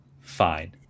fine